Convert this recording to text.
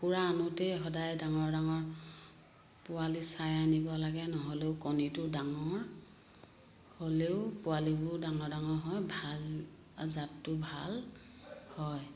কুকুৰা আনোতেই সদায় ডাঙৰ ডাঙৰ পোৱালি চাই আনিব লাগে নহ'লেও কণীটো ডাঙৰ হ'লেও পোৱালিবোৰ ডাঙৰ ডাঙৰ হয় ভাল জাতটো ভাল হয়